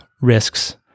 risks